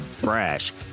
brash